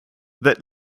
that